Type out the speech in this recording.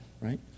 right